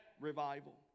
revival